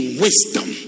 wisdom